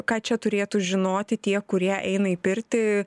ką čia turėtų žinoti tie kurie eina į pirtį